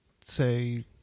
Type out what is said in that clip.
say